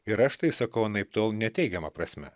ir aš tai sakau anaiptol ne teigiama prasme